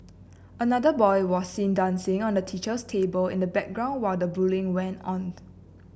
another boy was seen dancing on the teacher's table in the background while the bullying went on